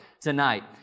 tonight